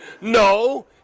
No